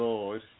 Lord